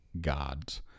gods